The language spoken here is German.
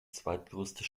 zweitgrößte